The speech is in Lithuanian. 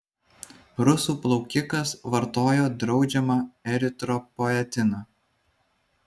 rusų plaukikas vartojo draudžiamą eritropoetiną